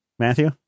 Matthew